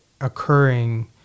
occurring